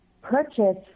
purchase